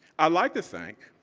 i'd like to think